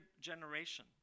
generation